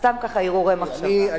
סתם ככה, הרהורי מחשבה.